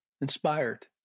inspired